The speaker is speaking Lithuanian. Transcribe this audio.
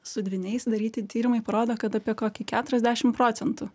su dvyniais daryti tyrimai parodo kad apie kokį keturiasdešim procentų